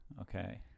Okay